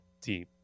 team